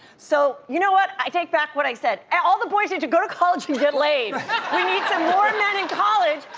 so you know what i take back what i said, all the boys need to go to college and get laid. we need some more men in college,